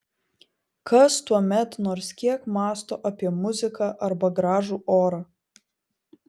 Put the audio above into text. kas tuomet nors kiek mąsto apie muziką arba gražų orą